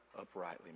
uprightly